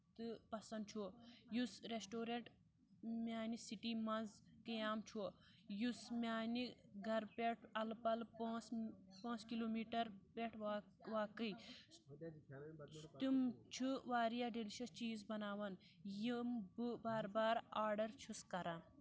تہٕ پسنٛد چھُ یُس ریسٹورنٛٹ میانہِ سِٹی منٛز قیام چھُ یُس میانہِ گرٕ پٮ۪ٹھ اَلہٕ پَلہٕ پانٛژھ پانٛژھ کِلوٗمیٖٹر پٮ۪ٹھ واق واقعٕے تِم چھِ واریاہ ڈیلِشس چیٖز بَناوان یِم بہٕ بار بار آرڈر چھُس کران